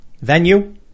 venue